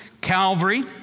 Calvary